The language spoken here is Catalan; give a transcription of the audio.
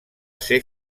ser